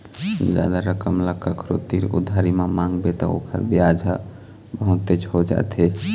जादा रकम ल कखरो तीर उधारी म मांगबे त ओखर बियाज ह बहुतेच हो जाथे